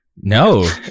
No